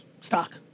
stock